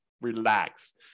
relax